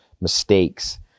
mistakes